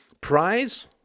prize